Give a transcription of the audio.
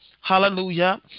hallelujah